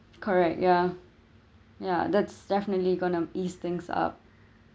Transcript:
correct yeah yeah that's definitely going to ease things up